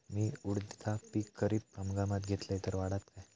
मी उडीदाचा पीक खरीप हंगामात घेतलय तर वाढात काय?